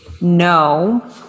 no